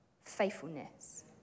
faithfulness